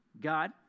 God